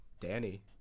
Danny